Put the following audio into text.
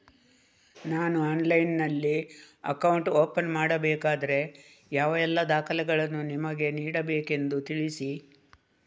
ನಾನು ಆನ್ಲೈನ್ನಲ್ಲಿ account open ಮಾಡಬೇಕಾದರೆ ಯಾವ ಎಲ್ಲ ದಾಖಲೆಗಳನ್ನು ನಿಮಗೆ ನೀಡಬೇಕೆಂದು ತಿಳಿಸಿ?